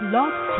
Love